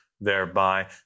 thereby